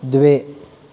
द्वे